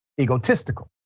egotistical